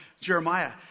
Jeremiah